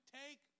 take